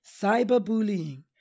cyberbullying